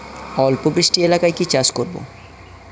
অল্প বৃষ্টি এলাকায় কি চাষ করব?